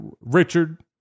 Richard